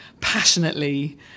passionately